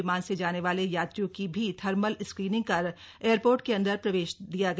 विमान से जाने वाले यात्रियों की भी थर्मल स्क्रीनिंग कर एयरपोर्ट के अंदर प्रवेश दिया गया